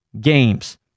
games